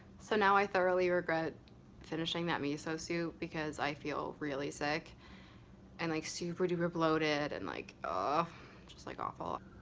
so now i thoroughly regret finishing that miso soup because i feel really sick and like super duper bloated and like uhhh ah just like awful.